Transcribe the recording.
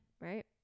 right